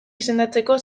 izendatzeko